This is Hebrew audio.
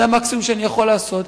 זה המקסימום שאני יכול לעשות.